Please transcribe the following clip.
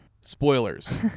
Spoilers